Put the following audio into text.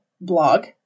blog